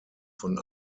von